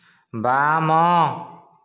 ବାମ